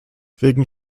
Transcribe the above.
wegen